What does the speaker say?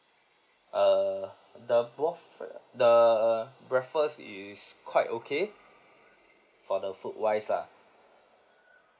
err the breakf~ the breakfast is quite okay for the food wise lah